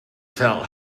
felt